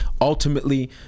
Ultimately